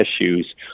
issues